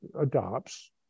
adopts